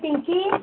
Pinki